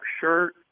shirt